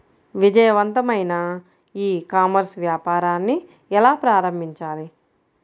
విజయవంతమైన e commerce వ్యాపారాన్ని ఎలా ప్రారంభించాలి?